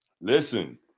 Listen